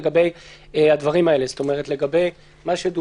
לגבי מה שדובר.